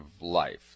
life